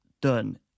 done